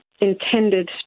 intended